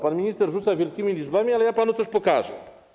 Pan minister rzuca wielkimi liczbami, ale ja panu coś pokażę.